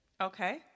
Okay